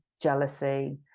jealousy